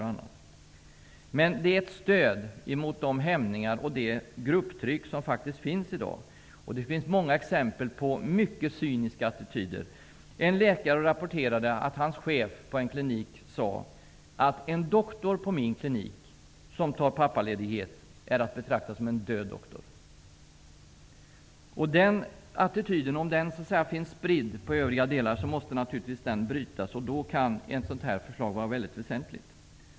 Pappaledighet skall utgöra ett stöd mot de hämningar och det grupptryck som faktiskt finns i dag. Det finns många exempel på mycket cyniska attityder. En läkare rapporterade att hans chef på en klinik hade sagt att en doktor som tar ut pappaledighet på denna klinik är att betrakta som en död doktor. Om den attityden finns spridd på övriga delar av arbetsmarknaden måste den naturligtvis brytas. Då kan ett sådant här förslag vara väsentligt.